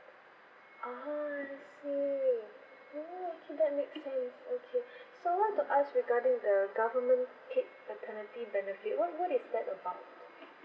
ah I see oh that makes sense okay so I want to ask regarding the government paid maternity benefit what what is that about